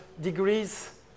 degrees